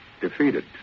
defeated